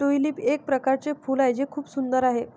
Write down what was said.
tulip एक प्रकारचे फूल आहे जे खूप सुंदर आहे